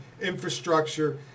infrastructure